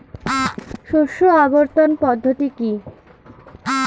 শস্য আবর্তন পদ্ধতি কি?